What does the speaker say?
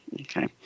Okay